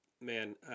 man